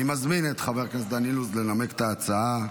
אני מזמין את חבר הכנסת דניאל לנמק את ההצעה,